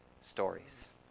stories